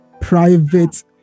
private